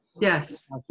Yes